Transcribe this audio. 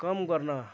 कम गर्न